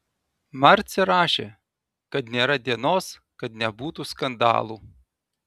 marcė rašė kad nėra dienos kad nebūtų skandalų